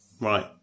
Right